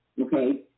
okay